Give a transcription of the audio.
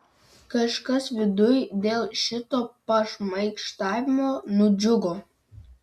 kažkas viduj dėl šito pašmaikštavimo nudžiugo